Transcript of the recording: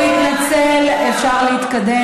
נסים, הוא התנצל, אפשר להתקדם.